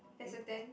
there's a dent